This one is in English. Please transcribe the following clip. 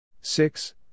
Six